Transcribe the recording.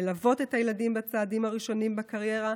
ללוות את הילדים בצעדים הראשונים בקריירה,